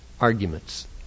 arguments